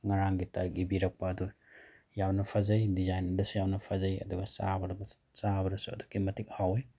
ꯉꯔꯥꯡꯒꯤ ꯇꯥꯔꯤꯛ ꯏꯕꯤꯔꯛꯄ ꯑꯗꯨ ꯌꯥꯝꯅ ꯐꯖꯩ ꯗꯤꯖꯥꯏꯟꯗꯁꯨ ꯌꯥꯝꯅ ꯐꯖꯩ ꯑꯗꯨꯒ ꯆꯥꯕꯗ ꯆꯥꯕꯗꯁꯨ ꯑꯗꯨꯛꯀꯤ ꯃꯇꯤꯛ ꯍꯥꯎꯋꯤ